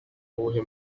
uwuhe